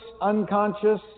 unconscious